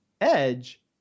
Edge